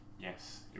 Yes